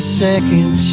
second